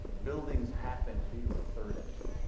buildings half empty or a third empty.